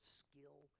skill